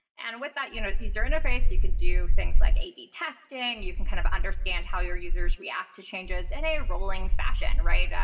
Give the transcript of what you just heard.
and with that you know user interface, you can do things like a b testing. you can kind of understand how your users react to changes in and a rolling fashion, right?